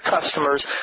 customers